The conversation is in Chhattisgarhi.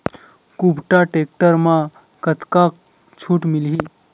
कुबटा टेक्टर म कतका छूट मिलही?